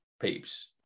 peeps